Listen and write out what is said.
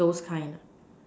those kind lah